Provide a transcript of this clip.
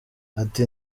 ati